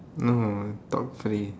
no talk free